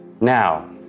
now